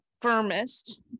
firmest